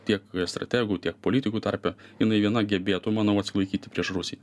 tiek strategų tiek politikų tarpe jinai viena gebėtų manau atsilaikyti prieš rusiją